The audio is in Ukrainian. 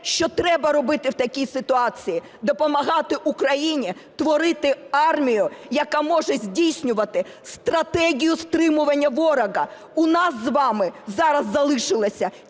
що треба в такій ситуації – допомагати Україні творити армію, яка може здійснювати стратегію стримування ворога. У нас з вами зараз залишилося